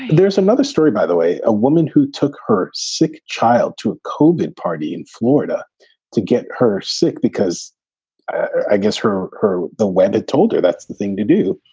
there's another story, by the way, a woman who took her sick child to covid party in florida to get her sick because i guess for her, the weather told her that's the thing to do.